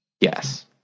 Yes